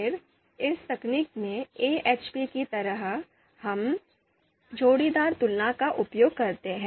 फिर इस तकनीक में AHP की तरह हम जोड़ीदार तुलना का उपयोग करते हैं